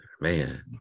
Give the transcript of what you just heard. Man